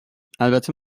البته